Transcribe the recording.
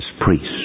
priests